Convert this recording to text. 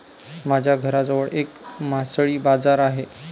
माझ्या घराजवळ एक मासळी बाजार आहे